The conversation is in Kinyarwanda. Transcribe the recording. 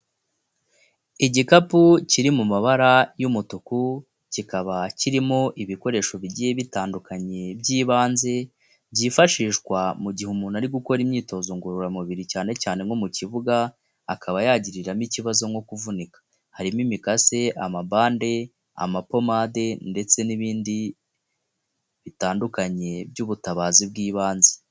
Igikapu kiri mu mabara y'umutuku kikaba kirimo ibikoresho bigiye bitandukanye by'ibanze, byifashishwa mu gihe umuntu ari gukora imyitozo ngororamubiri cyane cyane nko mu kibuga, akaba yagiriramo ikibazo nko kuvunika, harimo imikase, amabande, amapomade ndetse n'ibindi bitandukanye by'ubutabazi bw'ibanze.